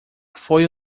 foi